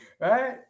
Right